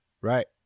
Right